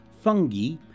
Fungi